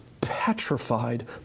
petrified